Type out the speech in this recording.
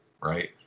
right